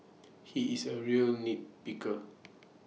he is A real nit picker